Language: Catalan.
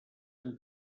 amb